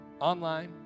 online